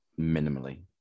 minimally